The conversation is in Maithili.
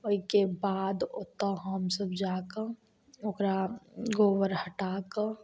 ओहिके बाद ओतऽ हमसभ जा कऽ ओकरा गोबर हटा कऽ